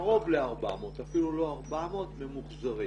קרוב ל-400, אפילו לא 400, ממוחזרים.